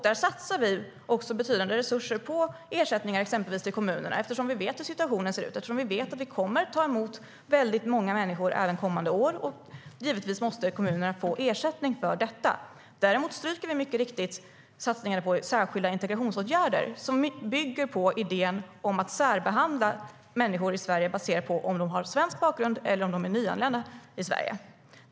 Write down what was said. Där satsar vi betydande resurser på ersättningar, exempelvis till kommunerna, eftersom vi vet hur situationen ser ut och eftersom vi vet att vi kommer att ta emot väldigt många människor även kommande år. Givetvis måste kommunerna få ersättning för detta. Däremot stryker vi mycket riktigt satsningar på särskilda integrationsåtgärder som bygger på idén om att man ska särbehandla människor i Sverige baserat på om de har svensk bakgrund eller om de är nyanlända i Sverige.